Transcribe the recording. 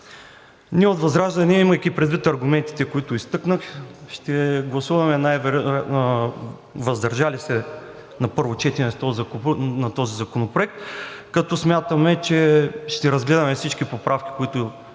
Ние от ВЪЗРАЖДАНЕ, имайки предвид аргументите, които изтъкнах, ще гласуваме въздържали се на първо четене на този законопроект, като смятаме, че ще разгледаме всички поправки, които ще